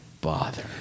bother